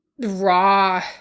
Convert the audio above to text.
raw